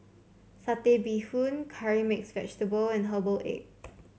Satay Bee Hoon Curry Mixed Vegetable and Herbal Egg